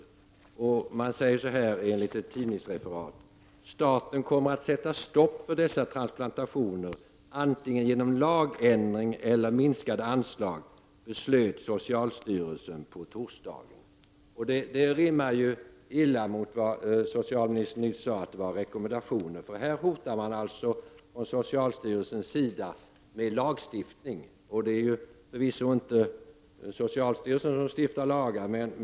Socialstyrelsen säger så här enligt ett tidningsreferat: ”Staten kommer att sätta stopp för dessa transplantationer, antingen genom lagändring eller genom minskade anslag, beslöt socialstyrelsen på torsdagen.” Detta rimmar illa med vad socialministern sade om rekommendationer. Socialstyrelsen hotar alltså med lagstiftning. Det är förvisso inte socialstyrelsen som stiftar lagar.